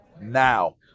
now